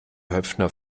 höpfner